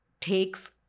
takes